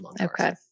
Okay